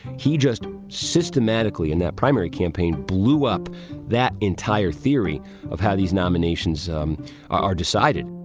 he just systematically in that primary campaign blew up that entire theory of how these nominations um are decided